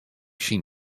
syn